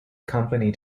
company